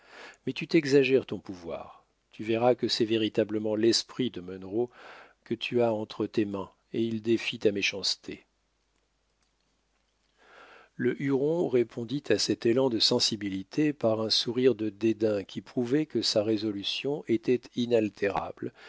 mais tu t'exagères ton pouvoir tu verras que c'est véritablement l'esprit de munro que tu as entre tes mains et il défie ta méchanceté le huron répondit à cet élan de sensibilité par un sourire de dédain qui prouvait que sa résolution était inaltérable